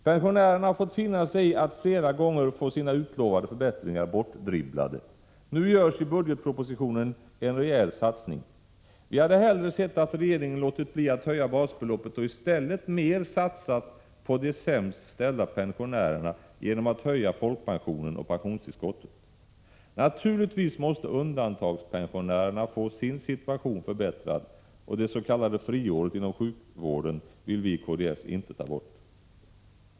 Pensionärerna har fått finna sig i att flera gånger få sina utlovade förbättringar bortdribblade. Nu görs i budgetpropositionen en rejäl satsning. Vi hade hellre sett att regeringen låtit bli att höja basbeloppet och i stället mer satsat på de sämst ställda pensionärerna genom att höja folkpensionen och pensionstillskottet. Naturligtvis måste undantagandepensionärerna få sin situation förbättrad, och det s.k. friåret inom sjukvården vill vi i kds inte ta bort.